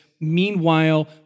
Meanwhile